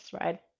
right